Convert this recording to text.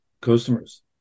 customers